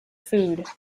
food